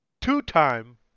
two-time